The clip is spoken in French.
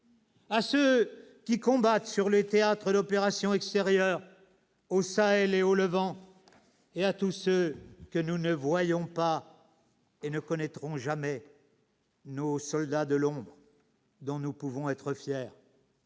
À ceux qui combattent sur les théâtres d'opérations extérieures au Sahel ou au Levant. Et à tous ceux que nous ne voyons pas et ne connaîtrons jamais, nos soldats de l'ombre, dont nous pouvons être fiers.